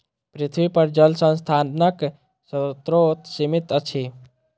पृथ्वीपर जल संसाधनक स्रोत सीमित अछि